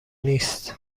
نیست